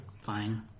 fine